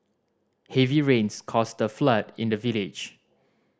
heavy rains caused a flood in the village